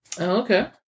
Okay